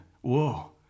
Whoa